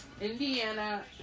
Indiana